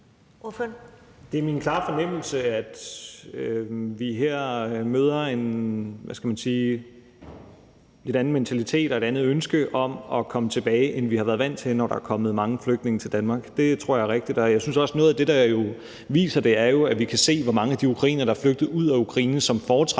Det er min klare fornemmelse, at vi her møder en – hvad skal man sige – lidt anden mentalitet og et andet ønske om at komme tilbage, end vi har været vant til, når der er kommet mange flygtninge til Danmark. Det tror jeg er rigtigt, og jeg synes jo også, at noget af det, der viser det, er, at vi kan se, hvor mange af de ukrainere, der er flygtet ud af Ukraine, som foretrækker